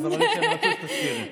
את הזמרים שאני מכיר תזכירי.